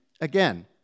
again